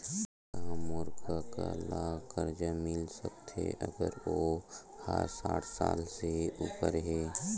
का मोर कका ला कर्जा मिल सकथे अगर ओ हा साठ साल से उपर हे?